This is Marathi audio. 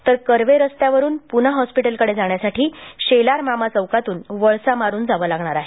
तर कर्वे रस्त्यावरून पूना हॉस्पिटल कडे जाण्यासाठी शेलार मामा चौकातून वळसा मारून जावं लागणार आहे